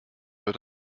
für